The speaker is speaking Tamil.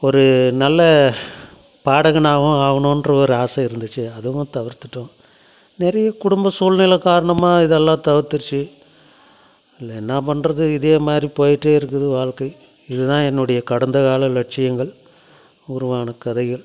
ஒரு நல்ல பாடகனாவும் ஆகணுன்ற ஒரு ஆசை இருந்துச்சு அதுவும் தவிர்த்திட்டோம் நிறைய குடும்ப சூழ்நிலை காரணமாக இதெல்லாம் தவிர்த்திருச்சு இல்லை என்ன பண்ணுறது இதேமாதிரி போயிட்டே இருக்குது வாழ்க்கை இது தான் என்னுடைய கடந்தகால லட்சியங்கள் உருவான கதைகள்